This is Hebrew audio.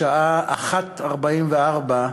בשעה 01:44,